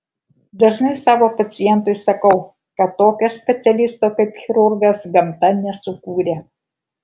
dažnai savo pacientui sakau kad tokio specialisto kaip chirurgas gamta nesukūrė